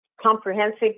comprehensive